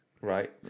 Right